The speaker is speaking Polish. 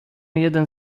jeden